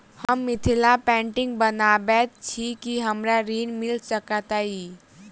हम मिथिला पेंटिग बनाबैत छी की हमरा ऋण मिल सकैत अई?